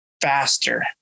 faster